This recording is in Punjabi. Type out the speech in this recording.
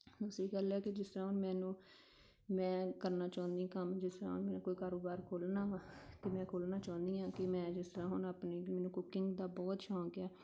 ਦੂਸਰੀ ਗੱਲ ਹੈ ਕਿ ਜਿਸ ਤਰ੍ਹਾਂ ਹੁਣ ਮੈਨੂੰ ਮੈਂ ਕਰਨਾ ਚਾਹੁੰਦੀ ਕੰਮ ਜਿਸ ਤਰ੍ਹਾਂ ਮੈਂ ਕੋਈ ਕਾਰੋਬਾਰ ਖੋਲ੍ਹਣਾ ਵਾ ਕਿ ਮੈਂ ਖੋਲ੍ਹਣਾ ਚਾਹੁੰਦੀ ਹਾਂ ਕਿ ਮੈਂ ਜਿਸ ਤਰ੍ਹਾਂ ਹੁਣ ਆਪਣੀ ਮੈਨੂੰ ਕੁਕਿੰਗ ਦਾ ਬਹੁਤ ਸੌਂਕ ਹੈ